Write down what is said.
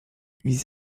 les